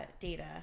Data